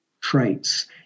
traits